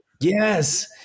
Yes